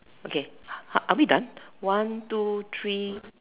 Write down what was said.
okay are are we done one two three